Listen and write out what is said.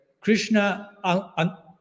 Krishna